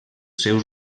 seus